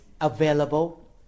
available